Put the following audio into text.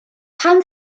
pan